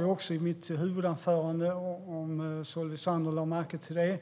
Jag vet inte om Solveig Zander lade märke till